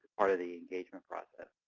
part of the engagement process?